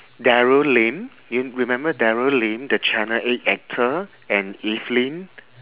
darren lim you remember the darren lim the channel eight actor and evelyn